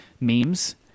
memes